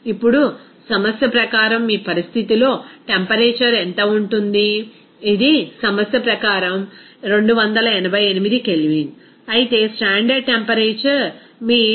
ఇప్పుడు సమస్య ప్రకారం మీ పరిస్థితిలో టెంపరేచర్ ఎంత ఉంది ఇది మీ సమస్య ప్రకారం 288 K అయితే స్టాండర్డ్ టెంపరేచర్ మీ 273